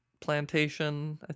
plantation